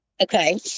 Okay